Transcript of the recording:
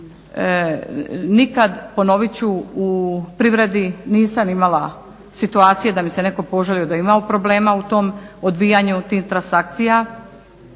Nikad ponovit ću u privredi nisam imala situacije da mi se netko požalio da je imao problema u tom odbijanju tih transakcija,